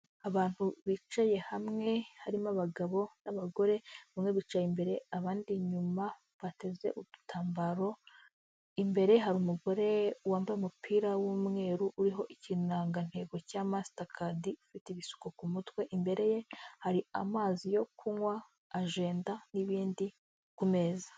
Abantu bicaye hamwe harimo abagabo n'abagore, bamwe bicaye imbere abandi inyuma, bateze udutambaro, imbere hari umugore wambaye umupira w'umweru uriho ikirangantego cya mastakadi, ufite ibisuko ku mutwe imbere ye hari amazi yo kunywa, ajenda n'ibindi ku meza.